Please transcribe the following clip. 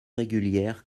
régulière